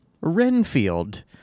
Renfield